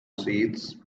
seeds